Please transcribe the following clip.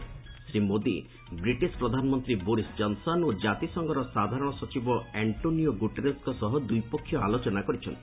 Shri Modi British ପ୍ରଧାନମନ୍ତ୍ରୀ Boris Johnson ଓ ଜାତିସଂଘର ସାଧାରଣ ସଚିବ ଆଣ୍ଟ୍ରୋନିଓ ଗୁଟେରସ୍କ ସହ ଦ୍ୱିପକ୍ଷିୟ ଆଲୋଚନା କରିଛନ୍ତି